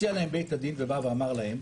הציע להם בית הדין ובא ואמר להם,